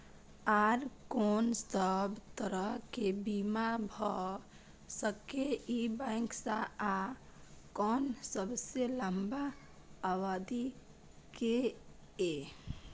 आर कोन सब तरह के बीमा भ सके इ बैंक स आ कोन सबसे लंबा अवधि के ये?